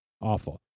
awful